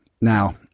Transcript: Now